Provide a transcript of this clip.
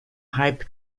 hype